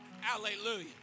hallelujah